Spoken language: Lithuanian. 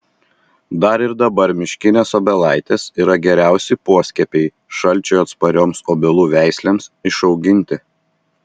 dar ir dabar miškinės obelaitės yra geriausi poskiepiai šalčiui atsparioms obelų veislėms išauginti